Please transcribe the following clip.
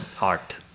art